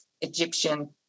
Egyptian